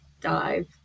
dive